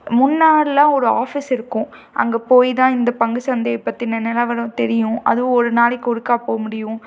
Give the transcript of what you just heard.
முன்னாடியெலாம் ஒரு ஆஃபீஸ் இருக்கும் அங்கே போய்தான் இந்த பங்குச்சந்தையை பற்றின நிலவரம் தெரியும் அதுவும் ஒரு நாளைக்கு ஒருக்கா போக முடியும்